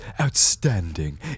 outstanding